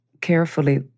carefully